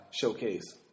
Showcase